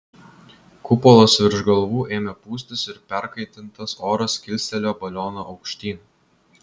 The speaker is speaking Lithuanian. kupolas virš galvų ėmė pūstis ir perkaitintas oras kilstelėjo balioną aukštyn